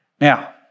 Now